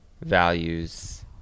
values